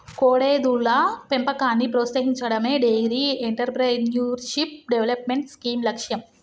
కోడెదూడల పెంపకాన్ని ప్రోత్సహించడమే డెయిరీ ఎంటర్ప్రెన్యూర్షిప్ డెవలప్మెంట్ స్కీమ్ లక్ష్యం